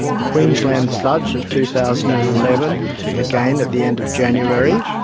the queensland floods of two thousand and eleven and again at the end of january,